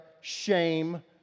shame